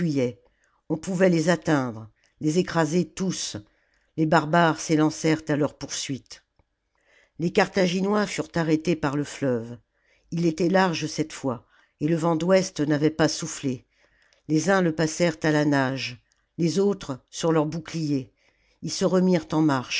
on pouvait les atteindre les écraser tous les barbares s'élancèrent à leur poursuite les carthaginois furent arrêtés par le fleuve il était large cette fois et le vent d'ouest n'avait pas soufflé les uns le passèrent à la nage les autres sur leurs boucliers ils se remirent en marche